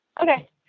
okay